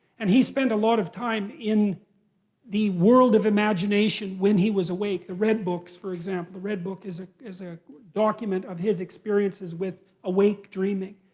and he spent a lot of time in the world of imagination when he was awake, the red books, for example. red book is ah is a document of his experiences with awake dreaming.